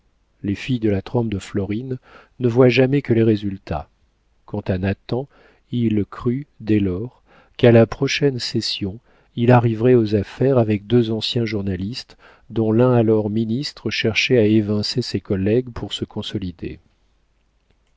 les filles de la trempe de florine ne voient jamais que les résultats quant à nathan il crut dès lors qu'à la prochaine session il arriverait aux affaires avec deux anciens journalistes dont l'un alors ministre cherchait à évincer ses collègues pour se consolider